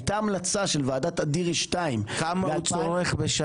הייתה המלצה של ועדת אדירי2 --- כמה הוא צורך בשנה,